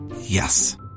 Yes